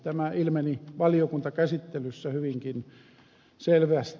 tämä ilmeni valiokuntakäsittelyssä hyvinkin selvästi